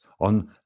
on